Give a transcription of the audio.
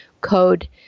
code